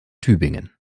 tübingen